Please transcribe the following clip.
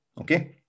okay